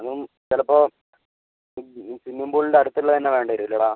room ചിലപ്പോൾ swimming swimming പൂൾൻ്റട്ത്ത്ള്ള തന്നെ വേണ്ടി വരുമല്ലേടാ